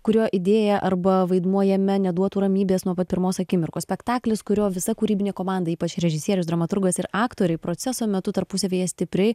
kurio idėja arba vaidmuo jame neduotų ramybės nuo pat pirmos akimirkos spektaklis kurio visa kūrybinė komanda ypač režisierius dramaturgas ir aktoriai proceso metu tarpusavyje stipriai